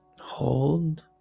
hold